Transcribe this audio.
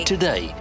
Today